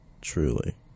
truly